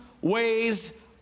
ways